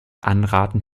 anraten